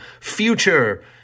future